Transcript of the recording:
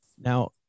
Now